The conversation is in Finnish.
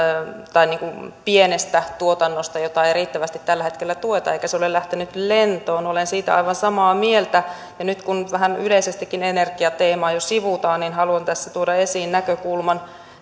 pienestä tuotannosta jota ei ei riittävästi tällä hetkellä tueta ja joka ei ole lähtenyt lentoon olen siitä aivan samaa mieltä ja nyt kun vähän yleisestikin energiateemaa jo sivutaan niin haluan tässä tuoda esiin näkökulman